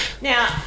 Now